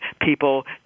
people